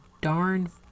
darn